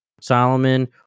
Solomon